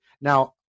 Now